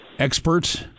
Experts